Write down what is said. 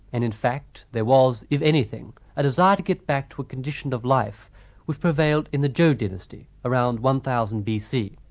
and in fact, there was if anything a desire to get back to a condition of life which prevailed in the zhou dynasty, around one thousand bc,